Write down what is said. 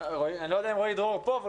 אני לא יודע אם רועי דרור נמצא פה אבל